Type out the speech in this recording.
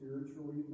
spiritually